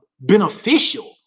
beneficial